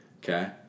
Okay